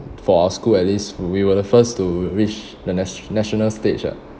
for our school at least we were the first to reach the nation~ national stage ah